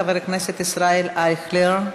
חבר הכנסת ישראל אייכלר.